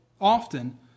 often